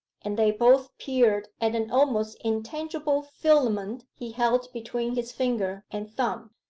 and they both peered at an almost intangible filament he held between his finger and thumb.